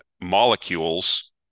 molecules